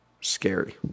scary